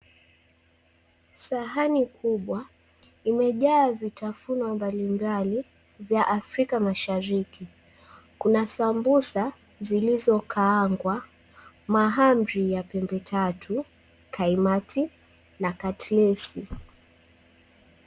Sahani kubwa imejaa vitafunwa multimedia vya afrika mashariki. Kuna sambusa zilizokaangwa, mahamri ya pembetatu, kaimati na katlesi.